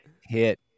hit